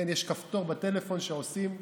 יש כפתור בטלפון שעושים אתחול,